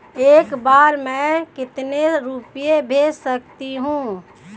एक बार में मैं कितने रुपये भेज सकती हूँ?